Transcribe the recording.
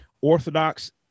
Orthodox